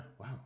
Wow